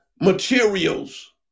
materials